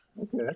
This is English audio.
Okay